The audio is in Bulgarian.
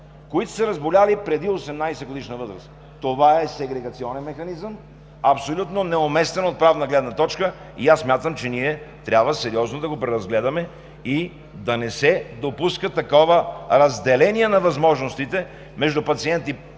които са се разболели преди 18-годишна възраст. Това е сегрегационен механизъм, абсолютно неуместен от правна гледна точка и аз смятам, че ние трябва сериозно да го преразгледаме и да не се допуска такова разделение на възможностите между пациенти, които